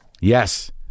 Yes